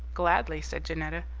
gladly, said janetta.